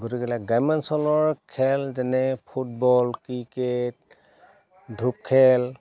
গতিকেলৈ গ্ৰাম্যাঞ্চলৰ খেল যেনে ফুটবল ক্ৰিকেট ধূপ খেল